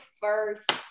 first